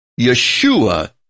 Yeshua